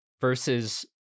versus